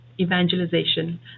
evangelization